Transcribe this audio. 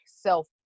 self